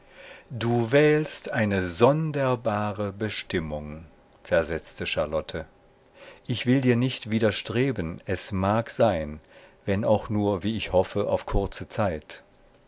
du wählst eine sonderbare bestimmung versetzte charlotte ich will dir nicht widerstreben es mag sein wenn auch nur wie ich hoffe auf kurze zeit